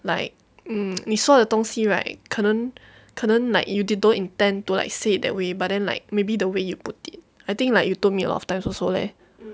like um 你说的东西 right 可能可能 like you don't intend to like said that way but then like maybe the way you put it I think like you told me a lot of times also leh